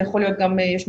זה יכול להיות גם שיקום,